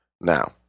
Now